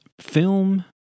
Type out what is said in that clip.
film